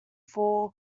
four